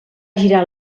girar